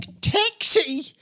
taxi